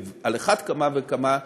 ועל אחת כמה וכמה,